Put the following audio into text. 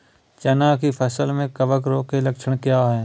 चना की फसल कवक रोग के लक्षण क्या है?